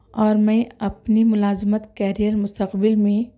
اور میں اپنی ملازمت کیرئر مستقبل میں